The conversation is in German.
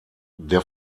der